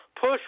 Push